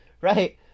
right